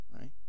right